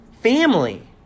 family